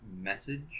message